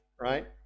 right